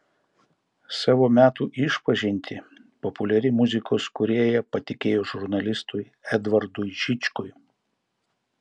savo metų išpažintį populiari muzikos kūrėja patikėjo žurnalistui edvardui žičkui